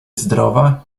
zdrowa